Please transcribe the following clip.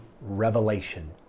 revelation